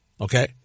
Okay